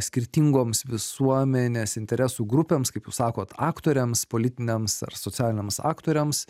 skirtingoms visuomenės interesų grupėms kaip jūs sakot aktoriams politiniams ar socialiniams aktoriams